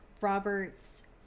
Robert's